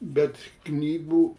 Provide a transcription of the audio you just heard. bet knygų